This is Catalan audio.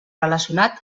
relacionat